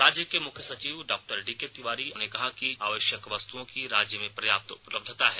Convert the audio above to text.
राज्य के मुख्य सचिव डॉक्टर डीके तिवारी ने कहा है कि आवश्यक वस्तुओं की राज्य में पर्याप्त उपलब्धता है